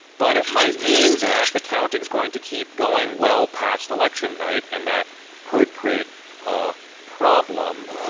but it might mean that the counting is going to keep going well past election night and that could create a problem.